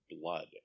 Blood